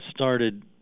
started